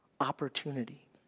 opportunity